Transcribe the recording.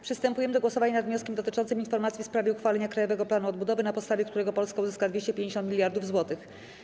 Przystępujemy do głosowania nad wnioskiem dotyczącym informacji w sprawie uchwalenia Krajowego Planu Odbudowy, na podstawie którego Polska uzyska 250 mld zł.